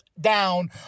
down